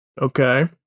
Okay